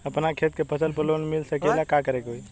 अपना खेत के फसल पर लोन मिल सकीएला का करे के होई?